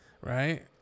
Right